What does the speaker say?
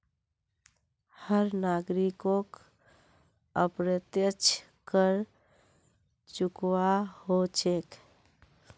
हर नागरिकोक अप्रत्यक्ष कर चुकव्वा हो छेक